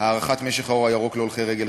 הארכת משך האור הירוק להולכי רגל,